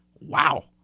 wow